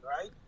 right